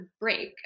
break